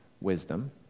wisdom